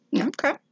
Okay